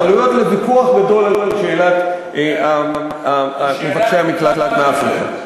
על שאלת ההתנחלויות לוויכוח גדול על שאלת מבקשי המקלט מאפריקה.